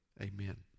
Amen